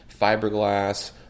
fiberglass